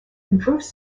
improves